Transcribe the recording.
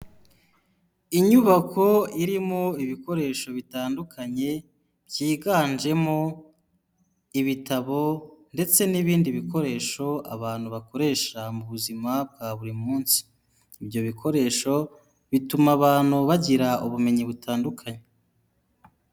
Inyubako irimo ibikoresho bitandukanye, byiganjemo ibitabo ndetse n'ibindi bikoresho abantu bakoresha mu buzima bwa buri munsi, ibyo bikoresho bituma abantu bagira ubumenyi butandukanye.